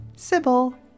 Sybil